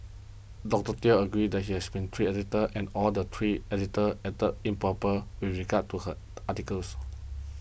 Doctor Teo agreed that he has been three editors and all the three editors acted improper with regard to her articles